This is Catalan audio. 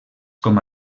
com